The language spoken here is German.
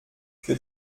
für